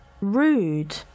Rude